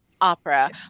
Opera